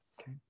Okay